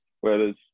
Whereas